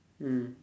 mm